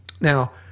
Now